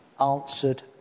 answered